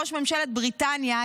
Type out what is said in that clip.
ראש ממשלת בריטניה,